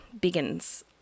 begins